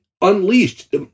unleashed